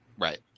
right